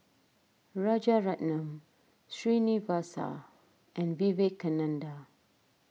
Rajaratnam Srinivasa and Vivekananda